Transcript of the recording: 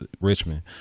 richmond